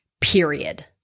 period